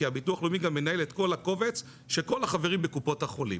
כי הביטוח הלאומי גם מנהל את כל הקובץ של כל החברים בקופות החולים,